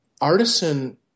Artisan